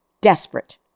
desperate